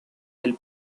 del